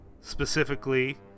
specifically